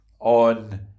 on